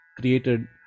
created